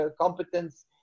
competence